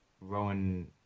Rowan